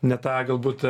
ne tą galbūt